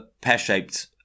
pear-shaped